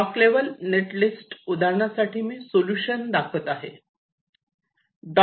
block level net list उदाहरणासाठी मी solution दाखवत आहे